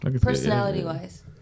Personality-wise